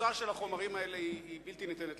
התפוצה של החומרים האלה היא בלתי ניתנת לשיעור.